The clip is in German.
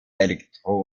elektro